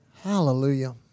Hallelujah